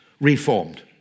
reformed